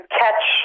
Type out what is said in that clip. catch